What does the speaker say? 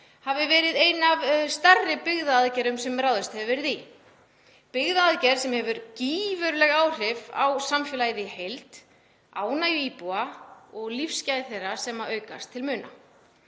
hafi verið ein af stærri byggðaaðgerðum sem ráðist hefur verið í; byggðaaðgerð sem hefur gífurleg áhrif á samfélagið í heild, ánægju íbúa og lífsgæði þeirra sem aukast til muna.